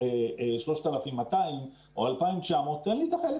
לו אני מעסיקה, אתה